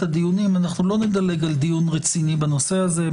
הדיונים אנחנו לא נדלג על דיון רציני בנושא הזה.